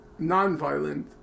nonviolent